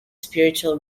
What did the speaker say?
spiritual